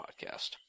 Podcast